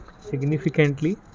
Significantly